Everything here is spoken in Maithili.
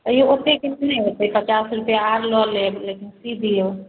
तैओ ओतेक नहि होइ छै पचास रुपैआ आओर लऽ लेब लेकिन सी दिऔ